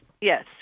yes